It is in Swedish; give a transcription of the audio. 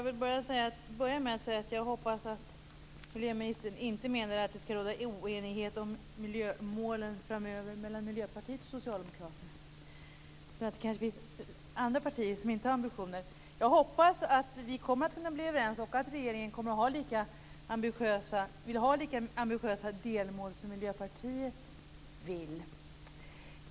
Fru talman! Jag vill börja med att säga att jag hoppas att miljöministern inte menar att det framöver skall råda oenighet om miljömålen mellan Miljöpartiet och Socialdemokraterna. Det finns kanske andra partier som inte har samma ambitioner. Jag hoppas att vi kommer att kunna bli överens och att regeringen kommer att vilja ha lika ambitiösa delmål som Miljöpartiet har.